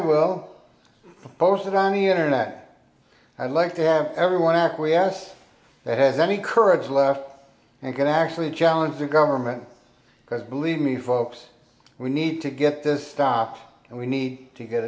will post it on the internet i'd like to have everyone acquiesce that has any courage left and can actually challenge the government because believe me folks we need to get this stopped and we need to get